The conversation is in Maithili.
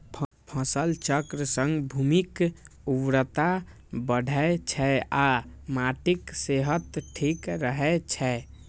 फसल चक्र सं भूमिक उर्वरता बढ़ै छै आ माटिक सेहत ठीक रहै छै